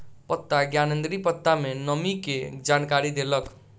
पत्ता ज्ञानेंद्री पत्ता में नमी के जानकारी देलक